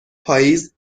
پاییز